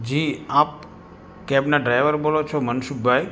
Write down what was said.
જી આપ કૅબના ડ્રાઇવર બોલો છો મનસુખભાઈ